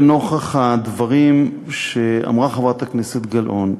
לנוכח הדברים שאמרה חברת הכנסת גלאון,